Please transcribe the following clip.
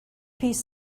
piece